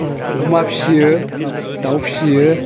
औ अमा फिसियो दाव फिसियो